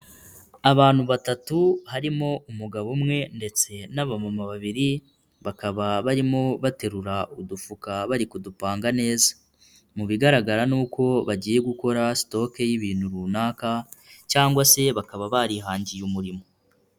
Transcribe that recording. Abantu batatu harimo umugabo umwe ndetse n'abamama babiri, bakaba barimo baterura udufuka bari kudupanga neza. Mu bigaragara ni uko bagiye gukora stock y'ibintu runaka cyangwa se bakaba barihangiye umurimo.